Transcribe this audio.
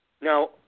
Now